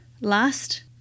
last